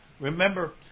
Remember